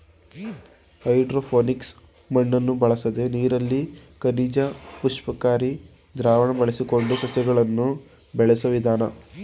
hydroponics ಮಣ್ಣನ್ನು ಬಳಸದೆ ನೀರಲ್ಲಿ ಖನಿಜ ಪುಷ್ಟಿಕಾರಿ ದ್ರಾವಣ ಬಳಸಿಕೊಂಡು ಸಸ್ಯಗಳನ್ನು ಬೆಳೆಸೋ ವಿಧಾನ